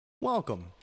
Welcome